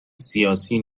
سیاسی